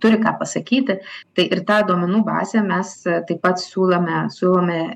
turi ką pasakyti tai ir tą duomenų bazę mes taip pat siūlome siūlome